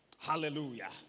Hallelujah